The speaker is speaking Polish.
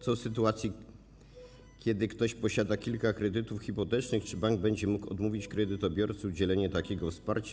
Co w sytuacji, kiedy ktoś posiada kilka kredytów hipotecznych, czy bank będzie mógł odmówić kredytobiorcy udzielenia takiego wsparcia?